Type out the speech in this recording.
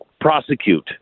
prosecute